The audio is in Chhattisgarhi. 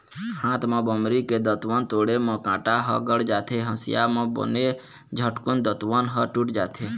हाथ म बमरी के दतवन तोड़े म कांटा ह गड़ जाथे, हँसिया म बने झटकून दतवन ह टूट जाथे